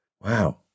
wow